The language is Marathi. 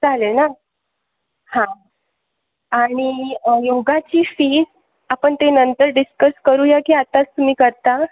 चालेल ना हां आणि योगाची फीस आपण ते नंतर डिस्कस करूया की आताच तुम्ही करता